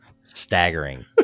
staggering